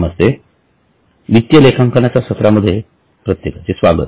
नमस्ते वित्तीय लेखांकनच्या सत्रांमध्ये प्रत्येकाचे स्वागत